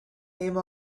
name